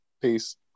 Peace